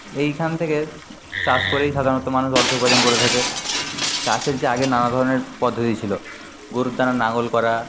এইখান থেকে চাষ করেই সাধারণত মানুষ অর্থ উপার্জন করে থাকে চাষের যে আগে নানাধরণের পদ্ধতি ছিল গরু টানা লাঙ্গল করা